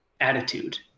attitude